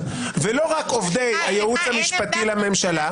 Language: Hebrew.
עובדי הייעוץ המשפטי לממשלה.